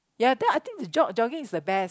ya then I think jog jogging is the best